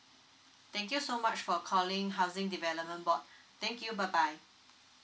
thank you so much for calling housing development board thank you bye bye